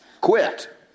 Quit